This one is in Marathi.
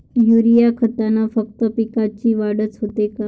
युरीया खतानं फक्त पिकाची वाढच होते का?